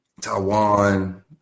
Taiwan